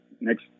next